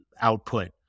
output